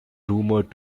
rumoured